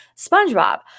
SpongeBob